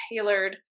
tailored